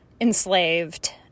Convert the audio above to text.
enslaved